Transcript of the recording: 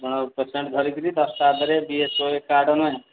ଆଉ ପେସେଣ୍ଟ୍ ଧରିକିରି ଦଶଟା ଅଧେରେ B S K Y card ଆଣିବେ